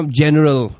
general